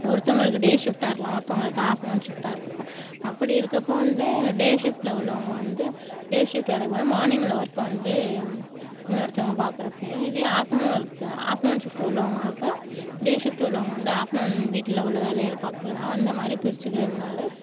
ஒருத்தவங்களுக்கு டே ஷிஃப்டாக இருக்கலாம் ஒருத்தவங்களுக்கு ஆஃப்டர்நூன் ஷிஃப்டாக இருக்கப்போ அப்படி இருக்கப்போ வந்து டே ஷிஃப்ட்டில் உள்ளவங்க வந்து டே ஷிஃப்டு வேலைக்கு போனா மார்னிங் உள்ள ஒர்க்கை வந்து இன்னொருத்தவங்க பார்க்கறப்பையும் இதே ஆஃப்டர்நூன் ஒர்க்கு ஆஃப்டர்நூன் ஷிஃப்டு உள்ளவங்கறப்ப டே ஷிஃப்டு உள்ளவங்க வந்து ஆஃப்டர்நூன் வீட்டில் உள்ள வேலையை பார்க்கறது தான் அந்த மாதிரி பிரிச்சிக்கிறதுனால்